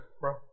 bro